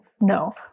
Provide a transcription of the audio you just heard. No